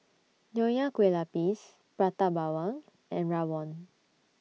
Nonya Kueh Lapis Prata Bawang and Rawon